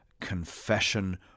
confession